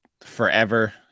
forever